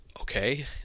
okay